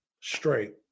straight